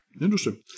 Interesting